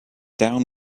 down